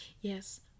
yes